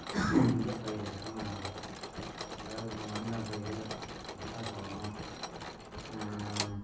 இந்த பயிர் சும்மாதான் அதாவது மணிலாப் பயிர் மக்காச்சோளம்